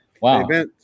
wow